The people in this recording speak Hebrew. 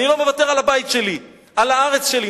אני לא מוותר על הבית שלי, על הארץ שלי.